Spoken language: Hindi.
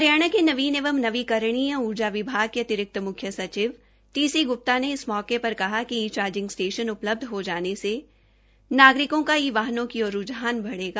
हरियाणा के नवीन एवं नवीकरणीय ऊर्जा विभाग के अतिरिक्त मुख्य सचिव श्री टी सी ग्प्ता ने इस मौके पर कहा कि ई चार्जिंग स्टेशन उपलब्ध हो जाने से नागरिकों का ई वाहनों की ओर रुझान बढ़ेगा